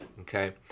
okay